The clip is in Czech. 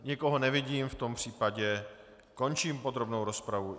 Nikoho nevidím, v tom případě končím podrobnou rozpravu.